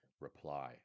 reply